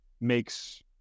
makes